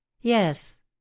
yes